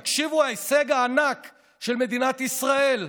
תקשיבו, ההישג הענק של מדינת ישראל: